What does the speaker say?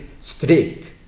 strict